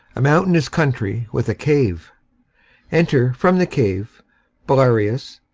a mountainous country with a cave enter from the cave belarius,